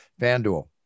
FanDuel